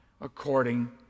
according